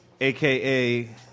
AKA